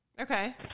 Okay